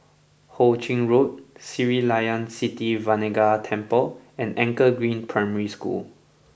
Ho Ching Road Sri Layan Sithi Vinayagar Temple and Anchor Green Primary School